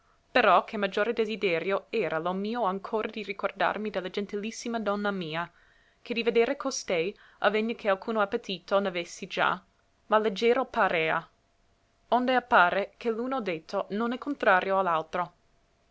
però che maggiore desiderio era lo mio ancora di ricordarmi de la gentilissima donna mia che di vedere costei avvegna che alcuno appetito n'avessi già ma leggero parea onde appare che l'uno detto non è contrario